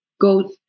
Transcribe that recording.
go